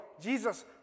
Jesus